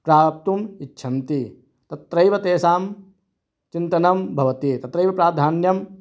प्राप्तुम् इच्छन्ति तत्रैव तेषां चिन्तनं भवति तत्रैव प्राधान्यं